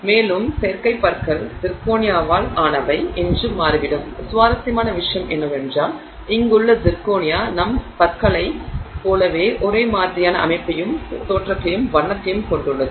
மேலும் செயற்கை பற்கள் சிர்கோனியாவால் ஆனவை என்று மாறிவிடும் சுவாரஸ்யமான விஷயம் என்னவென்றால் இங்குள்ள சிர்கோனியா நம் பற்களைப் போலவே ஒரே மாதிரியான அமைப்பையும் தோற்றத்தையும் வண்ணத்தையும் கொண்டுள்ளது